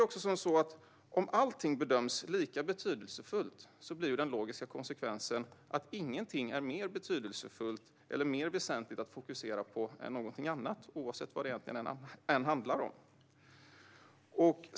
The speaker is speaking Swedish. Om allting bedöms som lika betydelsefullt blir den logiska konsekvensen att ingenting är mer betydelsefullt eller mer väsentligt att fokusera på än någonting annat, oavsett vad det handlar om.